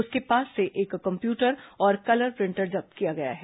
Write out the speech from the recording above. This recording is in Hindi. उसके पास से एक कम्प्यूटर और कलर प्रिंटर जब्त किया गया है